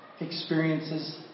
experiences